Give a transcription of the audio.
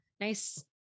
nice